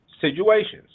situations